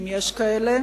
אם יש כאלה,